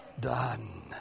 done